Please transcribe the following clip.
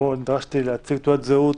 שבו נדרשתי להציג תעודת זהות